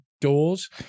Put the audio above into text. Doors